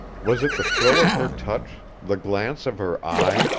was it the thrill of her touch, the glance of her eye,